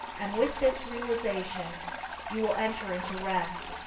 and with this realization you will enter into rest,